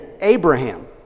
Abraham